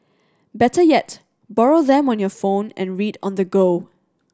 better yet borrow them on your phone and read on the go